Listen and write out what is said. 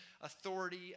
authority